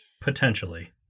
Potentially